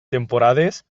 temporades